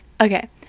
Okay